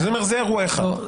זה אירוע אחד.